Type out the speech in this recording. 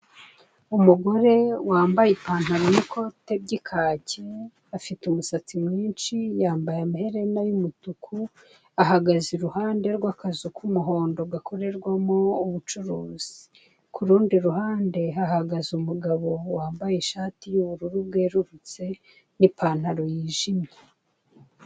Umugore wambaye ipantaro n'ikote by'ikaki, afite umusatsi mwinshi, yambaye amaherena y'umutuku, ahagaze iruhande rw'akazu k'umuhondo gakorerwamo ubucuruzi. Ku rundi ruhande, hahagaze umugabo wambaye ishati y'ubururu bwererutse n'ipantaro yijimye.